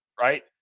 right